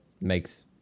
makes